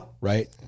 Right